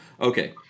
Okay